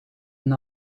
een